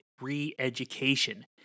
re-education